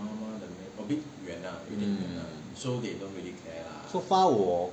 so far 我